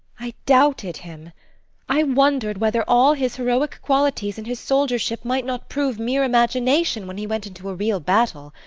i doubted him i wondered whether all his heroic qualities and his soldiership might not prove mere imagination when he went into a real battle.